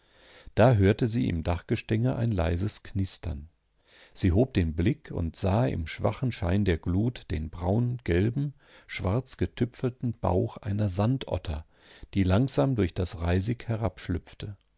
da hörte sie im dachgestänge ein leises knistern sie hob den blick und sah im schwachen schein der glut den braungelben schwarzgetüpfelten bauch einer sandotter die langsam durch das reisig